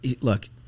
look